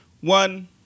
One